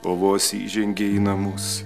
o vos įžengė į namus